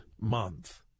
Month